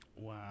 Wow